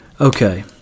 okay